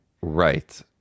Right